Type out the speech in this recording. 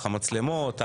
על המצלמות,